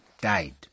died